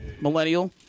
millennial